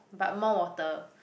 but more water